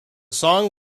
song